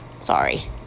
Sorry